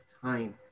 time